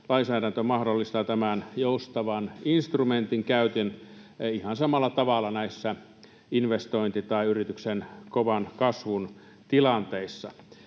Lainsäädäntö mahdollistaa tämän joustavan instrumentin käytön ihan samalla tavalla näissä investointi- tai yrityksen kovan kasvun tilanteissa.